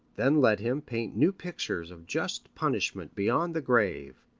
then let him paint new pictures of just punishment beyond the grave,